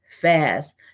fast